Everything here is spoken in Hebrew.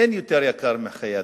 אין יותר יקר מחיי אדם.